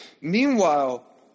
Meanwhile